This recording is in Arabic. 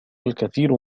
الكثير